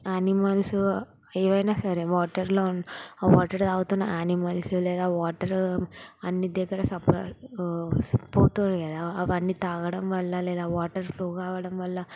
animals ఏవైనా సరే వాటర్లో ఆ వాటర్ దాగుతున్న ఆనిమల్స్ లేదా వాటర్ అన్నీ దగ్గర సప్లై పోతుంది కదా అవన్నీ తాగడం వల్ల లేదా వాటర్ ఫ్లో కావడం వల్ల